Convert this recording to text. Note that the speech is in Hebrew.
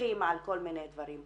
ששופכים על כל מיני דברים.